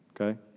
Okay